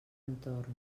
entorn